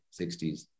60s